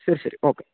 ശരി ശരി ഓക്കെ